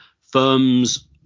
firms